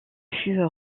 fut